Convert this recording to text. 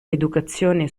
educazione